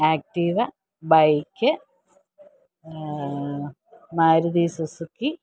Activa bike Maruti Suzuki